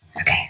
okay